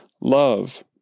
love